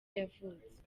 yavutse